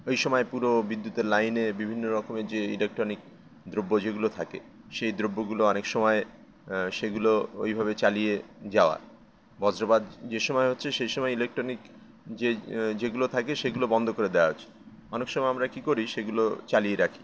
এই সময় পুরো বিদ্যুতের লাইনে বিভিন্ন রকমের যে ইলেকট্রনিক দ্রব্য যেগুলো থাকে সেই দ্রব্যগুলো অনেক সময় সেগুলো ওইভাবে চালিয়ে যাওয়ার বজ্রপাত যে সময় হচ্ছে সেই সময় ইলেকট্রনিক যেগুলো থাকে সেগুলো বন্ধ করে দেওয়া হচ্ছে অনেক সময় আমরা কী করি সেগুলো চালিয়ে রাখি